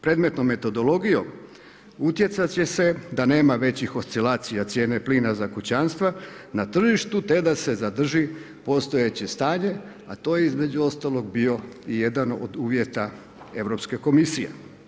Predmetnom metodologijom utjecati će se da nema većih oscilacija cijene plina za kućanstva na tržištu te da se zadrži postojeće stanje, a to je između ostalog bio jedan od uvjeta Europske komisije.